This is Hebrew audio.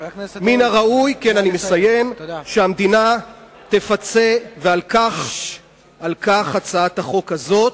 מן הראוי שהמדינה תפצה, ועל כך הצעת החוק הזאת.